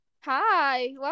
Hi